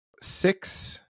six